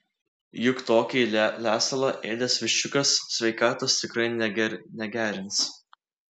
juk tokį lesalą ėdęs viščiukas sveikatos tikrai negerins